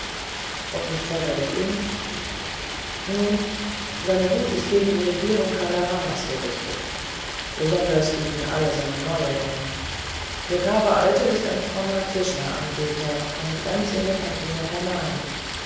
und verrät ihn nun seine wut ist gegen die regierung kala ramas gerichtet besonders gegen alle seine neuerungen der brave alte ist ein frommer krishna anbeter und ganz in den händen der brahmanen